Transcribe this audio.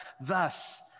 Thus